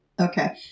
Okay